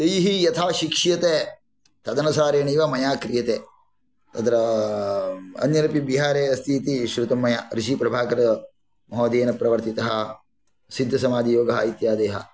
तैः यथा शिक्ष्यते तदनुसारेणैव मया क्रियते तत्र अन्यदपि बिहारे अस्ति इति श्रुतं मया ऋषिप्रभाकर महोदयेन प्रवर्तितः सिद्धसमाधियोगः इत्यादयः